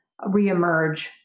reemerge